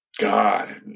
God